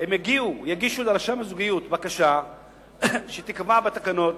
יגישו לרשם הזוגיות בקשה שתיקבע בתקנות,